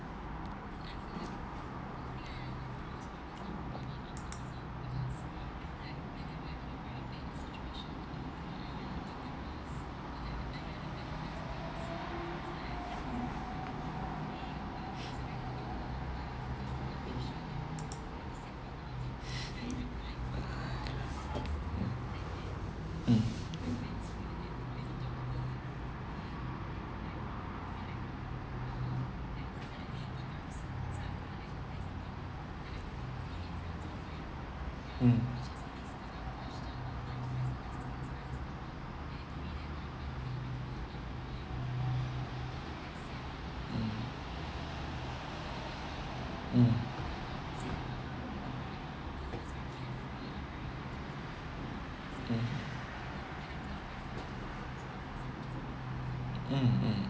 mm mm mm mm mm mm